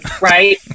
Right